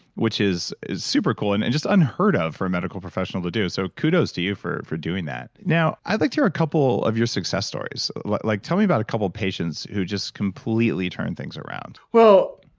which is is super cool and and just unheard of for a medical professional to do so kudos to you for for doing that now, i'd like to hear a couple of your success stories. like like tell me about a couple of patients who just completely turned things around? just